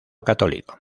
católico